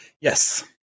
Yes